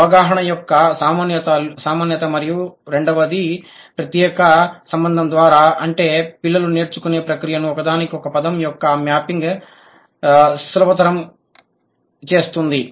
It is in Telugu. అవగాహన యొక్క సామాన్యత మరియు రెండవది ప్రత్యేక సంబంధం ద్వారా అంటే పిల్లలు నేర్చుకునే ప్రక్రియను ఒకదానికొక పదం యొక్క మ్యాపింగ్ సులభతరం చేస్తుంది